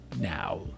now